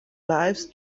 lives